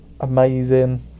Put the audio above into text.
amazing